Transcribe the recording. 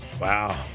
Wow